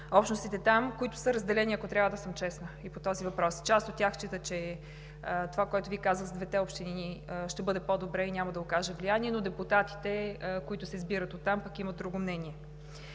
общностите там, които са разделени. Ако трябва да съм честна по този въпрос, част от тях считат, че това, което Ви казах за двете общини, ще бъде по-добре и няма да окаже влияние, но депутатите, които се избират оттам, пък имат друго мнение.